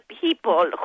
people